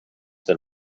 than